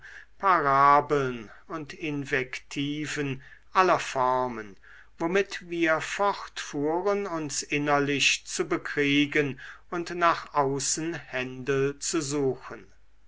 parabeln und invektiven aller formen womit wir fortfuhren uns innerlich zu bekriegen und nach außen händel zu suchen